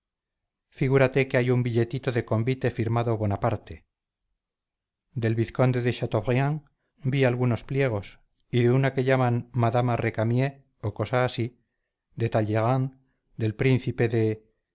figúrate que hay un billetito de convite firmado bonaparte del vizconde de chateaubriand vi algunos pliegos y de una que llamaban madama recamier o cosa así de talleyrand del príncipe de